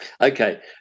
Okay